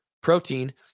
protein